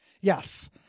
Yes